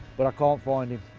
but, i can't find him.